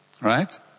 right